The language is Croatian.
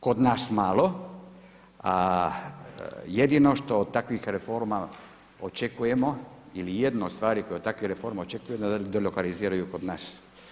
Kod nas malo, a jedino što takvih reforma očekujemo ili jednu od stvari koje od takvih reformi očekujemo je da delokaliziraju kod nas.